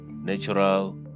natural